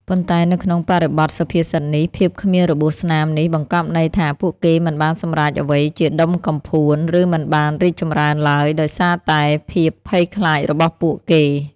ប៉ុន្តែនៅក្នុងបរិបទសុភាសិតនេះ ភាពគ្មានរបួសស្នាមនេះ បង្កប់ន័យថា ពួកគេមិនបានសម្រេចអ្វីជាដុំកំភួន ឬមិនបានរីកចម្រើនឡើយ ដោយសារតែភាពភ័យខ្លាចរបស់ពួកគេ។